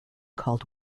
called